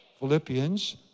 Philippians